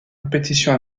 compétition